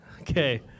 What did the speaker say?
Okay